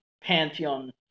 pantheon